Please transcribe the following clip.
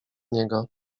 niego